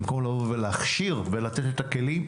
במקום לבוא ולהכשיר ולתת את הכלים,